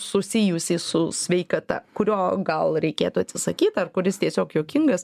susijusį su sveikata kurio gal reikėtų atsisakyt ar kuris tiesiog juokingas